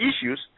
issues